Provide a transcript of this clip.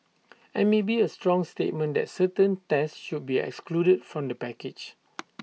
and maybe A strong statement that certain tests should be excluded from the package